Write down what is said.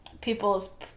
people's